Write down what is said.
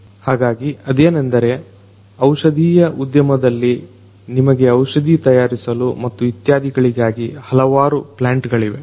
ಹಾಗಾಗಿ ಅದೇನೆಂದರೆ ಔಷಧಿಯ ಉದ್ಯಮದಲ್ಲಿ ನಿಮಗೆ ಔಷಧಿ ತಯಾರಿಸಲು ಮತ್ತು ಇತ್ಯಾದಿಗಳಿಗಾಗಿ ಹಲವಾರು ಪ್ಲಾಂಟ್ ಗಳಿವೆ